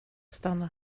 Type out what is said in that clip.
stanna